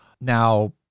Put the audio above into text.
Now